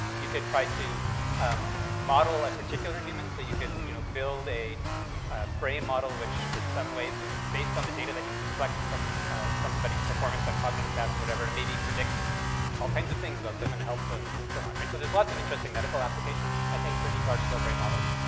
you could try to um model a particular human. so you could you know build a brain model, which in some ways was based on the data that you collected from somebody's performance on cognitive tasks, whatever, to maybe predict all kinds of things about them and help them and so on, right? so there's lots of interesting medical applications, i think, for these large-scale brain models.